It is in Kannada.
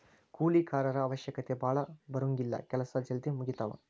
ಕೂಲಿ ಕಾರರ ಅವಶ್ಯಕತೆ ಭಾಳ ಬರುಂಗಿಲ್ಲಾ ಕೆಲಸಾ ಜಲ್ದಿ ಮುಗಿತಾವ